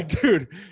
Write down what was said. dude